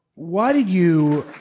why did you.